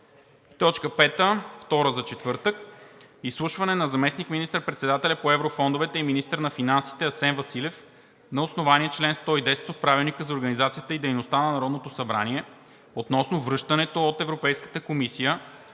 точка първа за четвъртък. 5. Изслушване на заместник-министър председателя по еврофондовете и министър на финансите Асен Василев на основание чл. 110 от Правилника за организацията и дейността на Народното събрание относно връщането от Европейската комисия